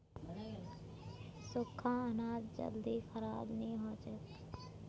सुख्खा अनाज जल्दी खराब नी हछेक